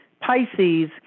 Pisces